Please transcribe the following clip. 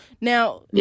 Now